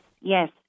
yes